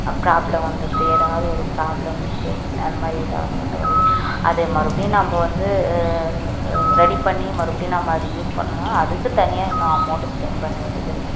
problem வந்துருது ஏதாவது ஒரு ப்ராப்ளம் மிஸ்டேக்ஸ் அந்த மாதிரி ஏதாவது வந்து வருது அது மறுபடியும் நம்ம வந்து ரெடி பண்ணி மறுபடியும் நம்ம அதை யூஸ் பண்ணணுன்னா அதுக்குத் தனியாக இன்னும் அமௌண்டு ஸ்பெண்ட் பண்ண வேண்டியது இருக்குது